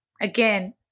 Again